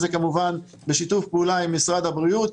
זה כמובן בשיתוף פעולה עם משרד הבריאות.